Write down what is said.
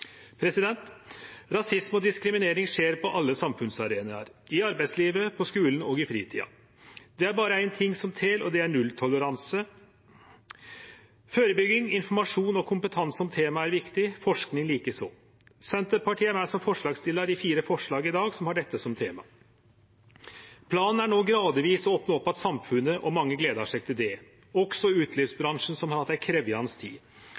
og diskriminering skjer på alle samfunnsarenaer – i arbeidslivet, på skulen og i fritida. Det er berre ein ting som tel, og det er nulltoleranse. Førebygging, informasjon og kompetanse om temaet er viktig, forsking like så. Senterpartiet er med som forslagsstillar på fire forslag i dag som har dette som tema. Planen er no gradvis å opne opp att samfunnet, og mange gler seg til det – også utelivsbransjen som har hatt ei krevjande tid.